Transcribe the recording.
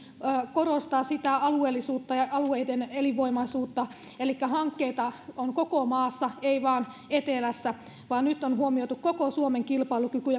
korostaa alueellisuutta ja alueiden elinvoimaisuutta elikkä hankkeita on koko maassa ei vain etelässä nyt on huomioitu koko suomen kilpailukyky